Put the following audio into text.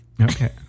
Okay